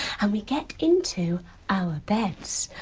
and we get into our beds,